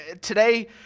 today